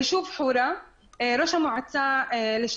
חלק מהם נקודות שמטרה שלא מאוישות בשעות